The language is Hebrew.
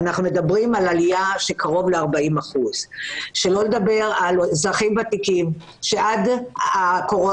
אנחנו מדברים על עלייה של כ-40%; שלא לדבר על אזרחים ותיקים שעד הקורונה